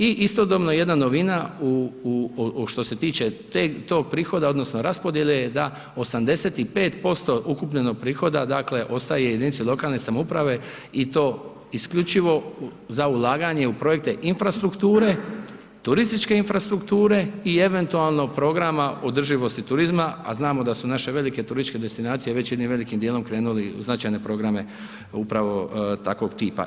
I istodobno jedna novina u što se tiče tog prihoda odnosno raspodjele je da 85% ukupljenog prihoda dakle ostaje jedinici lokalne samouprave i to isključivo za ulaganje u projekte infrastrukture, turističke infrastrukture i eventualno programa održivosti turizma, a znamo da su naše velike turističke destinacije već jednim velikim dijelom krenuli u značajne programe upravo takvog tipa.